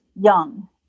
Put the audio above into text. young